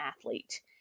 athlete